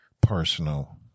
personal